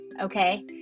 okay